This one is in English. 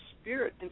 spirit